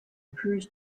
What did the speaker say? occurs